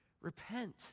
Repent